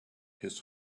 his